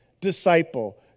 disciple